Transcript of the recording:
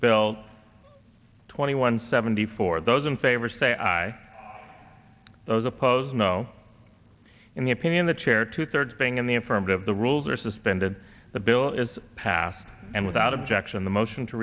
bill twenty one seventy four those in favor say aye those opposed no in the opinion the chair two thirds being in the affirmative the rules are suspended the bill is passed and without objection the motion to